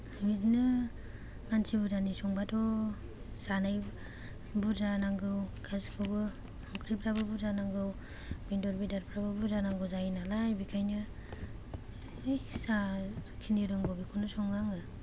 आरो बिदिनो मानसि बुरजानि संबाथ' जानाय बुरजा नांगौ गासैखौबो ओंख्रिफ्राबो बुरजा नांगौ बेदर बेदरफ्राबो बुरजा नांगौ जायो नालाय बेखायनो जाखिनि रोंगौ बेखौनो सङो आङो